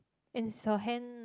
and is her hand